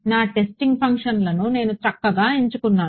నా టెస్టింగ్ ఫంక్షన్లను నేను చక్కగా ఎంచుకున్నాను